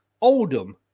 Oldham